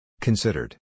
Considered